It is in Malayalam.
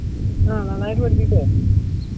ആ നന്നായിട്ട് പഠിപ്പിക്കുമോ